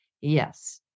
yes